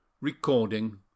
Recording